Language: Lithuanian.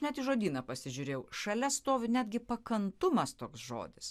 net į žodyną pasižiūrėjau šalia stovi netgi pakantumas toks žodis